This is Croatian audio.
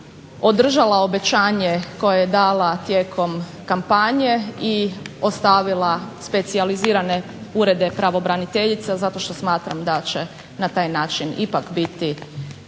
održala obećanje koje je dala tijekom kampanje i ostavila specijalizirane urede pravobraniteljica. Zato što smatram da će na taj način ipak biti bolje